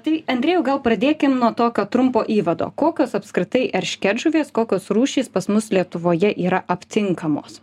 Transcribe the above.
tai andrejau gal pradėkim nuo tokio trumpo įvado kokios apskritai eršketžuvės kokios rūšys pas mus lietuvoje yra aptinkamos